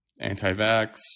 anti-vax